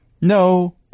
No